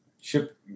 ship